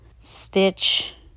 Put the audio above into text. stitch